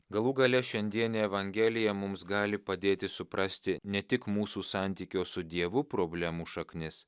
galų gale šiandienė evangelija mums gali padėti suprasti ne tik mūsų santykio su dievu problemų šaknis